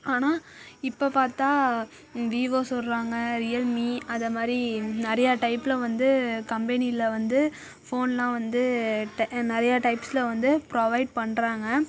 ஆனால் இப்போ பார்த்தா விவோ சொல்கிறாங்க ரியல்மி அதை மாதிரி நிறையா டைப்பில் வந்து கம்பெனியில் வந்து ஃபோன் லாம் வந்து நிறையா டைப்ஸில் வந்து ப்ரோவைட் பண்ணுறாங்க